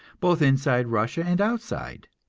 both inside russia and outside.